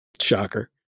Shocker